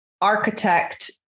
Architect